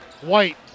White